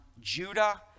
Judah